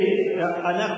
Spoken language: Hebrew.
זה ועידת הנשיאים, נכון?